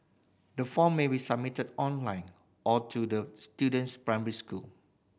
the form may be submitted online or to the student's primary school